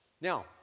Now